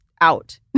Out